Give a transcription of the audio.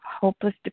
hopeless